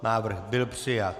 Návrh byl přijat.